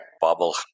bubble